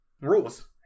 Rules